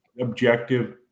objective